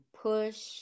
push